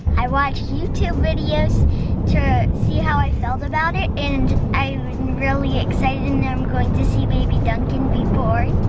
i watched youtube videos to see how i felt about it and i'm really excited that and i'm going to see baby duncan be born.